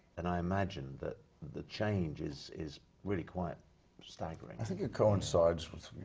and i imagine that the change is, is really quite staggering. i think it coincides with